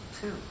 two